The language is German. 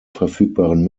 verfügbaren